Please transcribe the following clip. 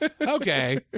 okay